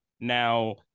Now